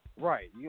Right